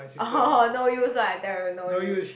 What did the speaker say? oh hor hor no use right I tell you no use